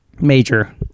Major